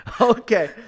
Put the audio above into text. okay